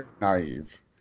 naive